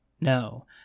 no